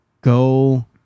Go